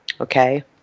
Okay